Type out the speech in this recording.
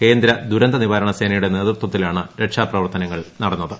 കേന്ദ്ര ദുരന്തനിവാരണ സേനയുടെ നേതൃത്വത്തിലാണ് രക്ഷപ്രവർത്തനങ്ങൾ നടന്നത്